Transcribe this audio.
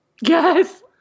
Yes